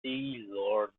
lord